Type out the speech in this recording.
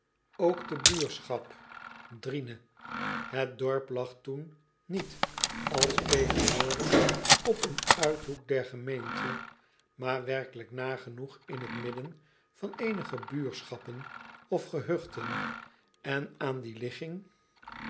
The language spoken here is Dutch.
ook de buurschap riene et dorp lag toen niet als tegenwoordig op een uithoek der gemeente maar werkelijk nagenoeg in het midden van eenige buurschappen of gehuchten en aan die ligging